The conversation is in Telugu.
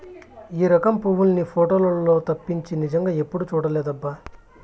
ఈ రకం పువ్వుల్ని పోటోలల్లో తప్పించి నిజంగా ఎప్పుడూ చూడలేదబ్బా